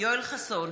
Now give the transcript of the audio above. יואל חסון,